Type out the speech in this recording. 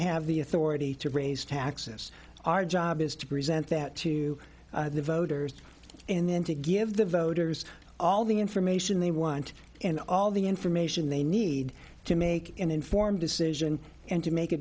have the authority to raise taxes our job is to present that to the voters and then to give the voters all the information they want and all the information they need to make an informed decision and to make a